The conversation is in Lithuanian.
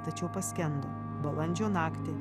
tačiau paskendo balandžio naktį